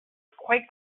quite